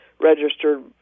registered